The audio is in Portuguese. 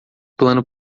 plano